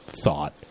thought